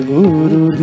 Guru